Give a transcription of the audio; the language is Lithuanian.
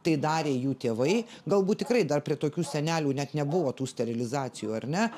tai darė jų tėvai galbūt tikrai dar prie tokių senelių net nebuvo tų sterilizacijų ar ne